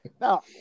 Now